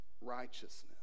righteousness